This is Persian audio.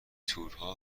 تورها